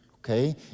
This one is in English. Okay